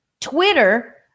Twitter